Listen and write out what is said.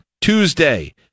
Tuesday